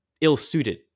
ill-suited